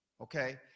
okay